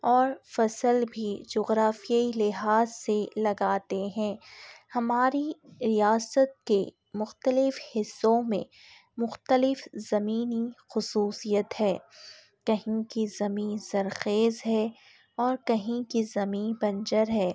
اور فصل بھی جغرافیائی لحاظ سے لگاتے ہیں ہماری ریاست کے مختلف حصوں میں مختلف زمینی خصوصیت ہے کہیں کی زمیں زرخیز ہے اور کہیں کی زمیں بنجر ہے